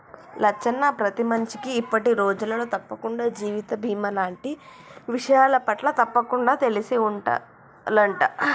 లచ్చన్న ప్రతి మనిషికి ఇప్పటి రోజులలో తప్పకుండా జీవిత బీమా లాంటి విషయాలపట్ల తప్పకుండా తెలిసి ఉండాలంట